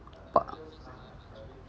!wah!